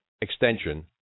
extension